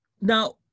Now